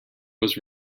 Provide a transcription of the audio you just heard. was